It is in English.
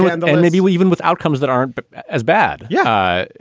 and maybe we even with outcomes that aren't but as bad. yeah.